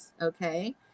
Okay